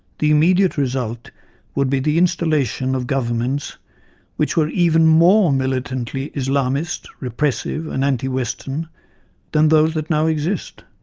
the immediate result would be the installation of governments which were even more militantly islamist, repressive and anti-western than those that now exist.